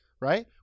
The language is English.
Right